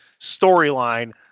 storyline